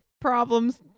problems